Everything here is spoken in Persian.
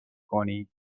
کنید